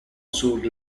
sur